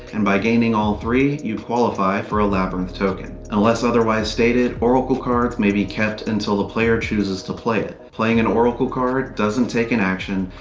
and by gaining all three, you qualify for a labyrinth token. unless otherwise stated, oracle cards may be kept until the player chooses to play it. playing an oracle card doesn't take an action,